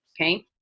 okay